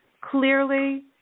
Clearly